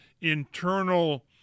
internal